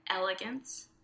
elegance